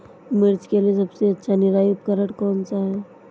मिर्च के लिए सबसे अच्छा निराई उपकरण कौनसा है?